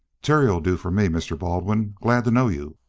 terry'll do for me, mr. baldwin. glad to know you.